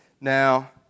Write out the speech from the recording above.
Now